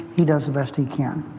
he does the best he can.